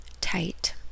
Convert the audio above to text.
tight